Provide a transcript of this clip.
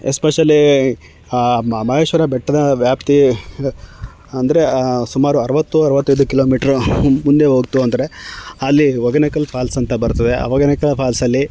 especially ಆ ಮಹದೇಶ್ವರ ಬೆಟ್ಟದ ವ್ಯಾಪ್ತಿ ಅಂದರೆ ಅಂದರೆ ಸುಮಾರು ಅರವತ್ತು ಅರವತ್ತೈದು ಕಿಲೋಮೀಟ್ರು ಮುಂದೆ ಹೋಯ್ತು ಅಂದರೆ ಅಲ್ಲಿ ಹೊಗೇನಕಲ್ ಫಾಲ್ಸ್ ಅಂತ ಬರ್ತದೆ ಆ ಹೊಗೇನಕಲ್ ಫಾಲ್ಸಲ್ಲಿ